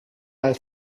dal